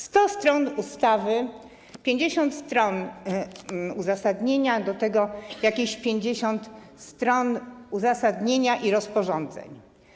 100 stron ustawy, 50 stron uzasadnienia do tego, jakieś 50 stron uzasadnienia i rozporządzeń.